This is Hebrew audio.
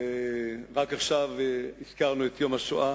ורק עכשיו הזכרנו את יום השואה,